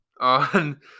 on